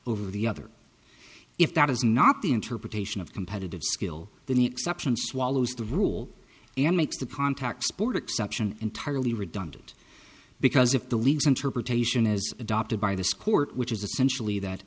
over the other if that is not the interpretation of competitive skill than the exception swallows the rule and makes the pontac sport exception entirely redundant because if the league's interpretation is adopted by this court which is essentially that